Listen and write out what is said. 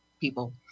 people